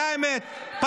זאת האמת.